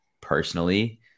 personally